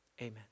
Amen